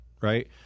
right